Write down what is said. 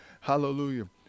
hallelujah